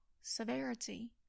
severity